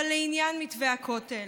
אבל לעניין מתווה הכותל,